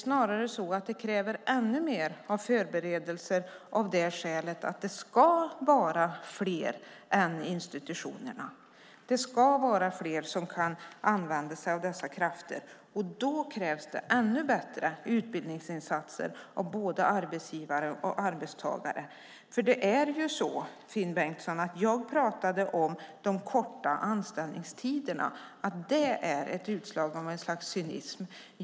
Det kräver ännu mer av förberedelser av det skälet att de ska vara fler än institutionerna. Det ska vara fler som kan använda sig av dessa krafter. Då krävs det ännu bättre utbildningsinsatser av både arbetsgivare och arbetstagare. Jag pratade, Finn Bengtsson, om de korta anställningstiderna. Det är ett utslag av ett slags cynism.